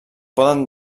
poden